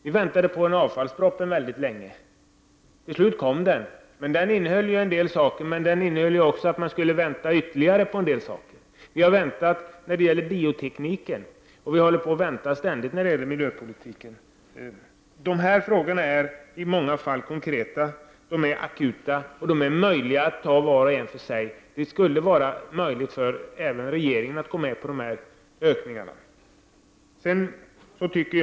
Vi väntade länge på avfallspropositionen, som kom till slut. Den innehöll en del saker, men i den stod också att förslag på vissa åtgärder skulle komma senare. Vi har väntat på åtgärder inom biotekniken, och vi väntar ständigt på åtgärder inom miljöpolitiken. De frågor det gäller är i många fall konkreta och akuta samt kan åtgärdas var och en för sig. Det borde vara möjligt för regeringen att gå med på de föreslagna höjda anslagen.